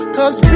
Cause